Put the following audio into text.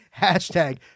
Hashtag